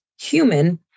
human